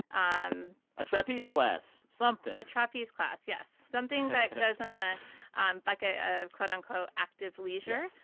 um a trapeze class something a trapeze class, yes. something that goes in the and bucket of quote-unquote active leisure.